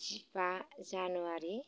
जिबा जानुवारि